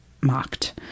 mocked